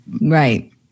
Right